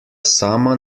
sama